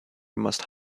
must